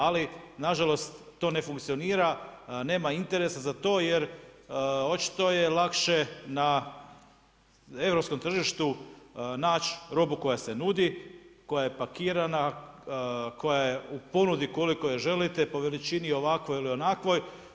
Ali na žalost to ne funkcionira, nema interesa za to, jer očito je lakše na europskom tržištu naći robu koja se nudi, koja je pakirana, koja je u ponudi koliko je želite po veličini ovakvoj ili onakvoj.